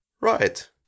Right